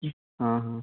हाँ हाँ